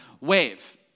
wave